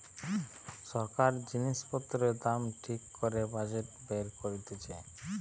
সরকার জিনিস পত্রের দাম ঠিক করে বাজেট বের করতিছে